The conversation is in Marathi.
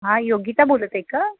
हां योगिता बोलत आहे का